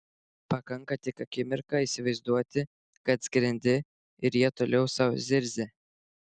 pakanka tik akimirką įsivaizduoti kad skrendi ir jie toliau sau zirzia